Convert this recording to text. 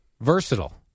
Versatile